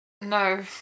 no